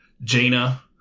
Jaina